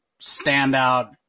standout